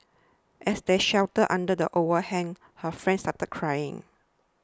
as they sheltered under the overhang her friend started crying